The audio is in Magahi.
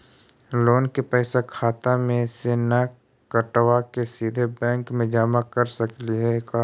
लोन के पैसा खाता मे से न कटवा के सिधे बैंक में जमा कर सकली हे का?